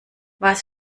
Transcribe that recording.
was